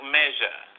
measure